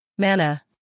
Mana